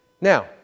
Now